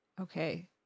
Okay